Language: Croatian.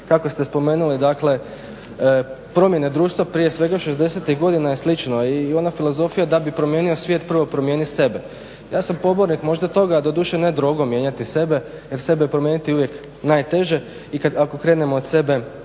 kako ste spomenuli dakle promjene društva prije svega 60-tih godina je slično i ona filozofija da bi promijenio svijet prvo promijeni sebe. Ja sam pobornik možda toga, doduše ne drogom mijenjati sebe jer sebe promijeniti je uvijek najteže i ako krenemo od sebe